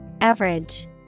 Average